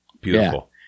Beautiful